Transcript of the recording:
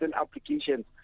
applications